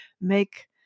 make